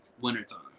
wintertime